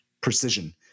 precision